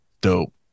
dope